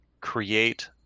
create